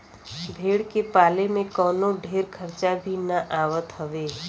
भेड़ के पाले में कवनो ढेर खर्चा भी ना आवत हवे